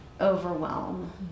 overwhelm